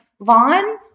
Vaughn